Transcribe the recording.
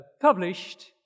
published